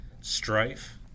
strife